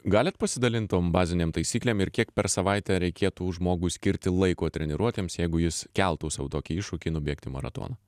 galit pasidalint tom bazinėm taisyklėm ir kiek per savaitę reikėtų žmogui skirti laiko treniruotėms jeigu jis keltų sau tokį iššūkį nubėgti maratoną